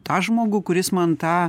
tą žmogų kuris man tą